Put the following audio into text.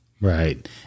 Right